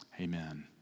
Amen